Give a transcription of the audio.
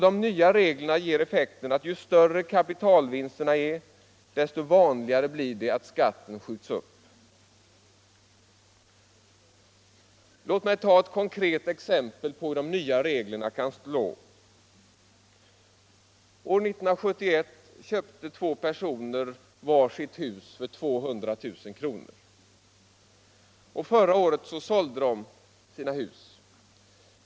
De nya reglerna ger effekten att ju större kapitalvinsterna är desto vanligare blir det att skatten skjuts upp. Låt mig ta ett konkret exempel på hur de nya reglerna kan slå. År 1971 köpte två personer var sitt hus för 200 000 kr., och förra året sålde de sina hus.